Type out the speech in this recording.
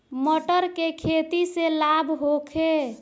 मटर के खेती से लाभ होखे?